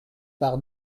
par